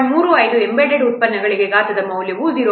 35 embedded ಉತ್ಪನ್ನಗಳಿಗೆ ಘಾತದ ಮೌಲ್ಯವು 0